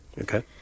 Okay